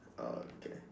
ah okay